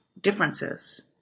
differences